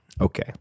Okay